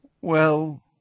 well